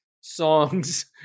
songs